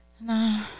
No